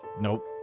nope